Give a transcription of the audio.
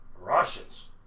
Russians